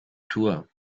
tour